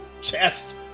chest